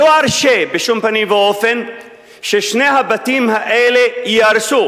לא ארשה בשום פנים ואופן ששני הבתים האלה ייהרסו.